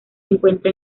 encuentra